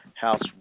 House